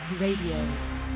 Radio